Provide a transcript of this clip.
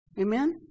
Amen